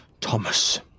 Thomas